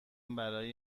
برای